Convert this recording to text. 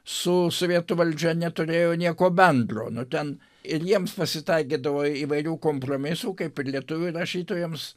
su sovietų valdžia neturėjo nieko bendro nu ten ir jiems pasitaikydavo įvairių kompromisų kaip ir lietuvių rašytojams